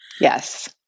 Yes